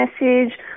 message